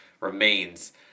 remains